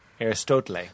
Aristotle